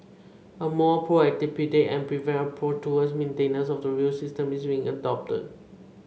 a more proactive predict and prevent approach towards maintenance of the rail system is being adopted